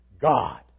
God